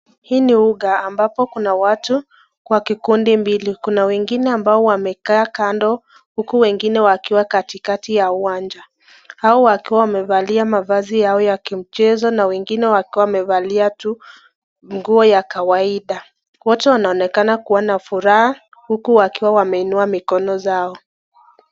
Hii ni uga ambapo kuna watu kwa kikundi mbili, kuna wengine ambao wamekaa kando, huku wengine wakiwa katikati ya uwanja . Hao wakiwa wamevalia mavazi yao ya kimchezo na wengine wakiwa wamevalia tu nguo ya kawaida . Wote wanaonekana kuwa na furaha, huku wakiwa wameinua mikono zao.